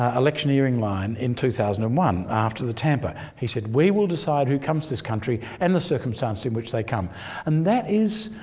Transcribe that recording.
ah electioneering line in two thousand and one after the tampa. he said, we will decide who comes to this country and the circumstances in which they come and that is